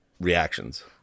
reactions